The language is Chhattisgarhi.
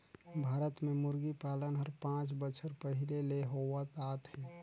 भारत में मुरगी पालन हर पांच बच्छर पहिले ले होवत आत हे